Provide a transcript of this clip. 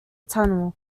tunnel